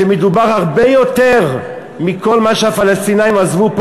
שמדובר בהרבה יותר מכל מה שהפלסטינים עזבו פה,